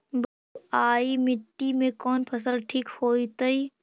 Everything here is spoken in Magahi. बलुआही मिट्टी में कौन फसल ठिक होतइ?